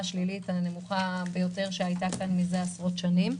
השלילית הנמוכה ביותר שהייתה כאן מזה עשרות שנים.